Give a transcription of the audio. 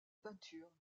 peinture